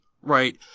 right